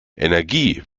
energie